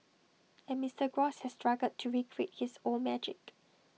and Mister gross has struggled to recreate his old magic